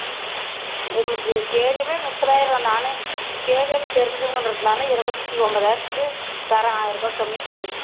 உ உங்களுக்கு கேடிஎம்மே முப்பதாயிரம் நான் கேடிஎம் தெரிஞ்சவங்கங்கன்றதுனால் இருபத்தி ஒம்பதாயிரத்துக்கு தரேன் ஆயிரம் ருபாய் கம்மி பண்ணி